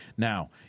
Now